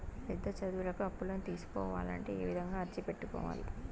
పెద్ద చదువులకు అప్పులను తీసుకోవాలంటే ఏ విధంగా అర్జీ పెట్టుకోవాలి?